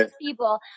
people